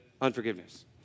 unforgiveness